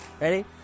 Ready